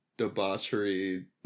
debauchery